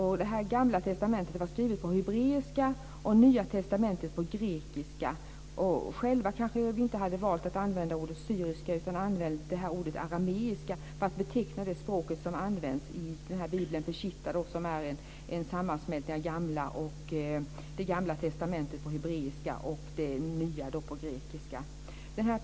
Det gamla testamentet var skrivet på hebreiska och det nya på grekiska. Själva kanske vi inte hade valt att använda ordet syriska utan ordet arameiska för att beteckna det språk som används i bibeln Peshitta, som är en sammansmältning av det gamla testamentet på hebreiska och det nya testamentet på grekiska.